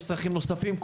יש צרכים נוספים,